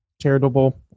charitable